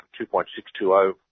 2.620